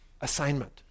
assignment